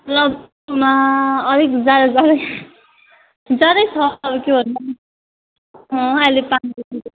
लप्चूमा अलिक जाडो जाडै जाडै छ अब के भन्नु अहिले पानीको